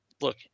look